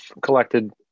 collected